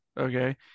okay